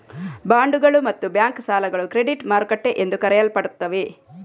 ಬಾಂಡುಗಳು ಮತ್ತು ಬ್ಯಾಂಕ್ ಸಾಲಗಳು ಕ್ರೆಡಿಟ್ ಮಾರುಕಟ್ಟೆ ಎಂದು ಕರೆಯಲ್ಪಡುತ್ತವೆ